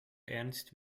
ernst